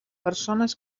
persones